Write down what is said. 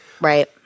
Right